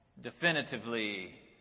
definitively